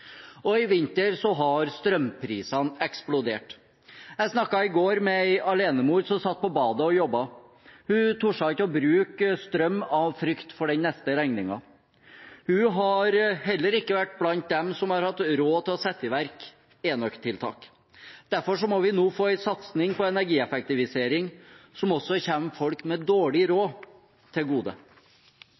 I vinter har strømprisene eksplodert. Jeg snakket i går med en alenemor som satt på badet og jobbet. Hun turte ikke å bruke strøm av frykt for den neste regningen. Hun har heller ikke vært blant dem som har hatt råd til å sette i verk enøktiltak. Derfor må vi nå få en satsing på energieffektivisering som også kommer folk med dårlig råd til gode.